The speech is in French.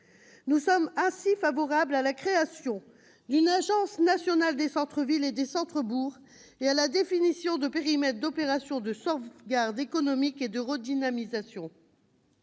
Nous sommes ainsi favorables à la création d'une agence nationale pour les centres-villes et les centres-bourgs et à la définition de périmètres d'opération de sauvegarde économique et de redynamisation.